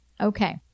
okay